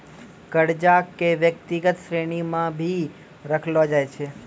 कर्जा क व्यक्तिगत श्रेणी म भी रखलो जाय छै